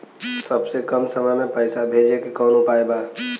सबसे कम समय मे पैसा भेजे के कौन उपाय बा?